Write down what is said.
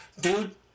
Dude